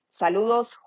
Saludos